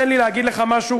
תן לי להגיד לך משהו,